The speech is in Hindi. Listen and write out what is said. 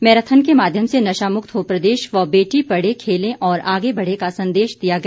मैराथन के माध्यम से नशा मुक्त हो प्रदेश व बेटी पढ़े खेले और आगे बढ़े का संदेश दिया गया